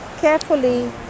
carefully